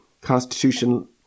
Constitution